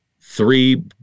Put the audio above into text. Three